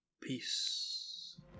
peace